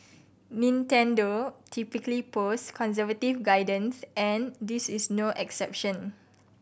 Nintendo typically post conservative guidance and this is no exception